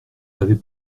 avait